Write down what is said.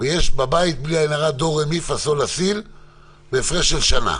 ויש להם כמה ילדים בהפרש של שנה,